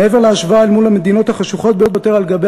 מעבר להשוואה אל מול המדינות החשוכות ביותר על גבי